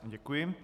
Děkuji.